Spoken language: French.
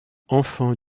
enfant